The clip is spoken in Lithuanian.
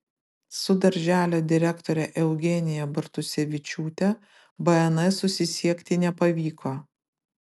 su darželio direktore eugenija bartusevičiūtė bns susisiekti nepavyko